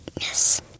Yes